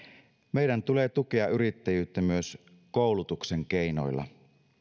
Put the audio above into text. meidän tulee tukea yrittäjyyttä myös koulutuksen keinoilla